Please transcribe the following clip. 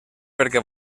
perquè